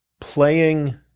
playing